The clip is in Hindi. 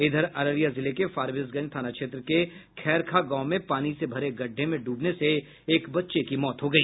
इधर अररिया जिले के फॉरबिसगंज थाना क्षेत्र के खैरखा गांव में पानी से भरे गड्ढे में डूबने से एक बच्चे की मौत हो गई